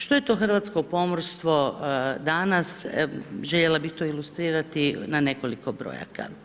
Što je to hrvatsko pomorstvo danas, željela bih to ilustrirati na nekoliko brojaka?